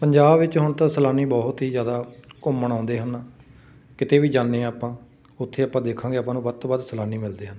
ਪੰਜਾਬ ਵਿੱਚ ਹੁਣ ਤਾਂ ਸੈਲਾਨੀ ਬਹੁਤ ਹੀ ਜ਼ਿਆਦਾ ਘੁੰਮਣ ਆਉਂਦੇ ਹਨ ਕਿਤੇ ਵੀ ਜਾਂਦੇ ਹਾਂ ਆਪਾਂ ਉੱਥੇ ਆਪਾਂ ਦੇਖਾਂਗੇ ਆਪਾਂ ਨੂੰ ਵੱਧ ਤੋਂ ਵੱਧ ਸੈਲਾਨੀ ਮਿਲਦੇ ਹਨ